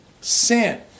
sin